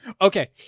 Okay